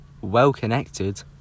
well-connected